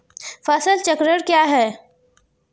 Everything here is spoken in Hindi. फसल चक्रण क्या है?